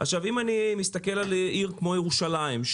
15%. אם אני מסתכל על עיר כמו ירושלים,